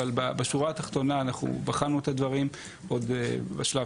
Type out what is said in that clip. אבל בשורה התחתונה אנחנו בחנו את הדברים עוד בשלב